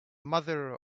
mother